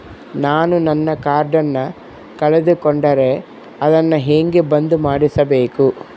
ನಾನು ನನ್ನ ಕಾರ್ಡನ್ನ ಕಳೆದುಕೊಂಡರೆ ಅದನ್ನ ಹೆಂಗ ಬಂದ್ ಮಾಡಿಸಬೇಕು?